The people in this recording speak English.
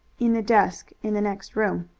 in the desk in the next room.